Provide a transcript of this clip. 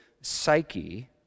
psyche